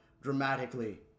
dramatically